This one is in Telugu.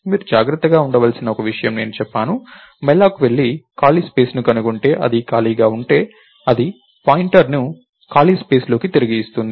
మీరు జాగ్రత్తగా ఉండవలసిన ఒక విషయం నేను చెప్పాను malloc వెళ్లి ఖాళీ స్పేస్ ని కనుగొంటే అది ఖాళీగా ఉంటే అది పాయింటర్ను ఖాళీ స్పేస్ లోకి తిరిగి ఇస్తుంది